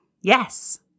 Yes